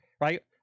Right